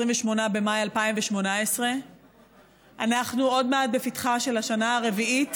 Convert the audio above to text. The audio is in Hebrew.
28 במאי 2018. אנחנו עוד מעט בפתחה של השנה הרביעית